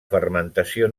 fermentació